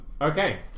Okay